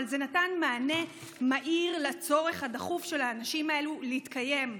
אבל זה נתן מענה מהיר לצורך הדחוף של האנשים האלו להתקיים,